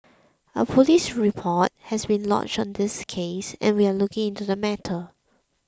a police report has been lodged on this case and we are looking into the matter